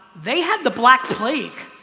they had the black plague